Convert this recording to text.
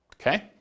Okay